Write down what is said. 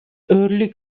early